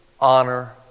honor